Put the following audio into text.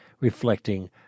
reflecting